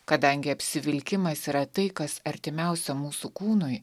kadangi apsivilkimas yra tai kas artimiausia mūsų kūnui